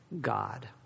God